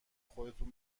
خودتون